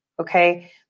Okay